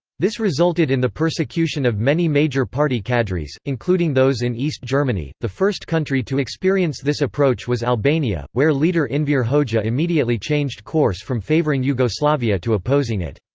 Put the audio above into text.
this resulted in the persecution of many major party cadres, including those in east germany the first country to experience this approach was albania, where leader enver hoxha immediately changed course from favoring yugoslavia to opposing it.